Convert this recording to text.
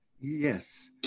yes